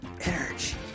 Energy